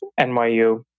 NYU